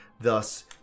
thus